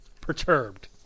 perturbed